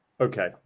Okay